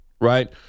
right